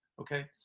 okay